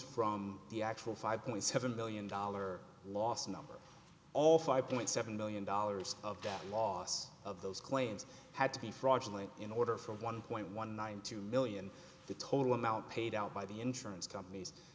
from the actual five point seven billion dollar loss number all five point seven million dollars of that loss of those claims had to be fraudulent in order for one point one nine two million the total amount paid out by the insurance companies